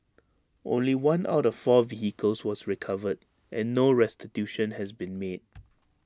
only one out of four vehicles was recovered and no restitution had been made